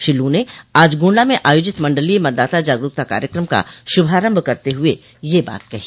श्री लू ने आज गोण्डा में आयोजित मंडलीय मतदाता जागरूकता कार्यक्रम का शुभारम्भ करते हुए यह बात कही